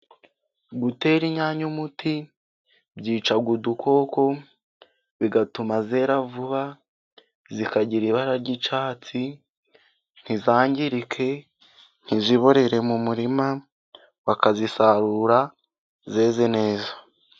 Gutera inyanya umuti byica udukoko, bigatuma zera vuba zikagira ibara ry'icyatsi, ntizangirike, ntiziborere mu murima, bakazisarura zeze neza.